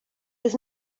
does